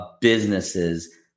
businesses